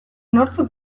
nortzuk